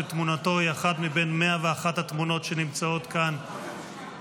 שתמונתו היא אחת מבין 101 התמונות שנמצאות כאן מעלינו.